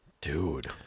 Dude